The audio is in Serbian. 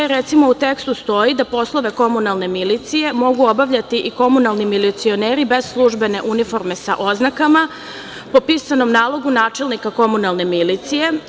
Recimo, u tekstu stoji da poslove komunalne milicije mogu obavljati i komunalni milicioneri, bez službene uniforme sa oznakama, po pisanom nalogu načelnika komunalne milicije.